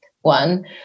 one